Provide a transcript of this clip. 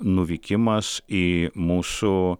nuvykimas į mūsų